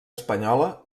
espanyola